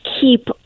keep